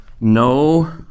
No